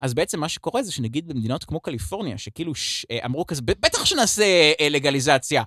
אז בעצם מה שקורה זה שנגיד במדינות כמו קליפורניה, שכאילו שאמרו כזה, בטח שנעשה, לגליזציה.